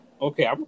okay